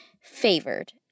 favored